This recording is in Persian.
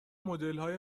مدلهای